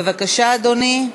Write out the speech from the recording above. בבקשה, אדוני.